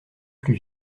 plus